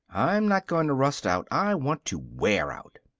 i'm not going to rust out. i want to wear out.